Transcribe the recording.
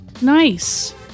Nice